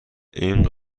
این